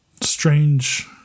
strange